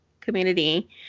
community